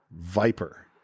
Viper